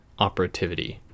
operativity